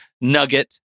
nugget